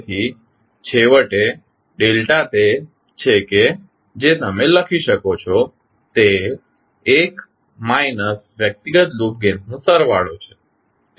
તેથી છેવટે ડેલ્ટા તે છે કે જે તમે લખી શકો છો તે 1 ઓછા માઇનસ વ્યક્તિગત લૂપ ગેઇન્સનો સરવાળો છે